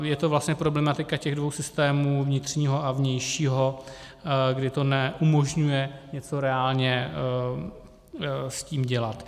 Je to vlastně problematika těch dvou systémů, vnitřního a vnějšího, kdy to neumožňuje reálně s tím něco dělat.